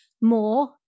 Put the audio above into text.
more